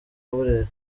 burera